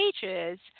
pages